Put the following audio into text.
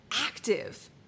active